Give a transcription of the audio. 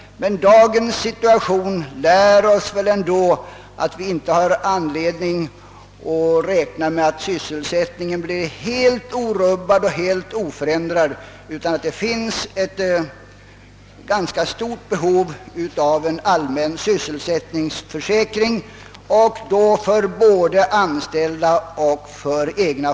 Men dagens situation lär oss ändå att vi inte har anledning att räkna med att sysselsättningen blir helt orubbad och helt oförändrad utan att det finns ett ganska stort behov av en allmän sysselsättningsförsäkring både för anställda och för egna företagare. Det är glädjande att alla partier i utskottet har varit ense i beskattningsfrågan.